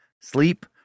Sleep